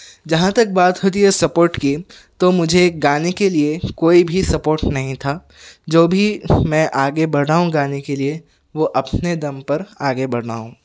جہاں تک بات ہوتی ہے سپوٹ کی تو مجھے گانے کے لئے کوئی بھی سپوٹ نہیں تھا جو بھی میں آگے بڑھا ہوں گانے کے لئے وہ اپنے دم پر آگے بڑھا ہوں